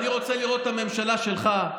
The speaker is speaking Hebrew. אני רוצה לראות את הממשלה שלך,